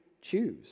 choose